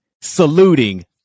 saluting